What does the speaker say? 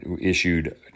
issued